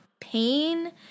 pain